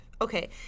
Okay